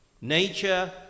Nature